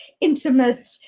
intimate